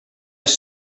have